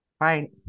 Right